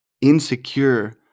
insecure